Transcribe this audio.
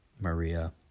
Maria